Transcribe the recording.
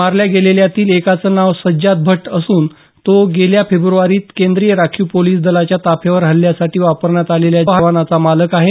मारला गेलेल्यातील एकाचं नाव सज्जाद भट्ट असून तो गेल्या फेब्रुवारीत केंद्रीय राखीव पोलिस दलाच्या ताफ्यावर हल्ल्यासाठी वापण्यात आलेल्या वाहनाचा मालक आहे